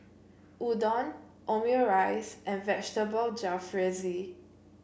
Udon Omurice and Vegetable Jalfrezi